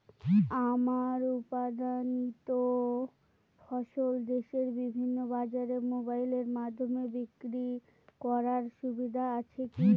আমার উৎপাদিত ফসল দেশের বিভিন্ন বাজারে মোবাইলের মাধ্যমে বিক্রি করার সুবিধা আছে কি?